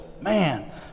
man